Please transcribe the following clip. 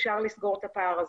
אפשר לסגור את הפער הזה,